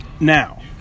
Now